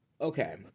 Okay